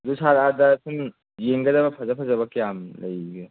ꯑꯗꯨ ꯁꯥꯔ ꯑꯥꯗ ꯃꯐꯝ ꯌꯦꯡꯒꯗꯕ ꯐꯖ ꯐꯖꯕ ꯀꯌꯥꯝ ꯂꯩꯔꯤꯒꯦ